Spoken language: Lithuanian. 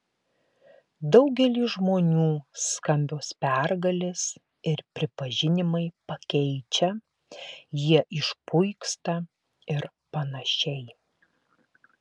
daugelį žmonių skambios pergalės ir pripažinimai pakeičia jie išpuiksta ir panašiai